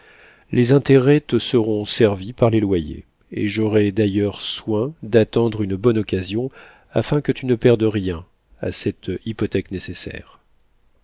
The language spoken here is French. les intérêts te seront servis par les loyers et j'aurai d'ailleurs soin d'attendre une bonne occasion afin que tu ne perdes rien à cette hypothèque nécessaire